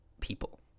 people